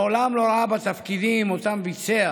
מעולם לא ראה בתפקידים שאותם ביצע